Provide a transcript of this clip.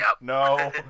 No